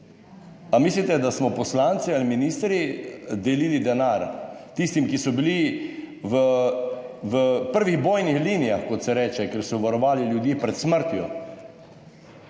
A mislite, da smo poslanci ali ministri delili denar tistim, ki so bili v prvih bojnih linijah, kot se reče, ker so varovali ljudi pred smrtjo?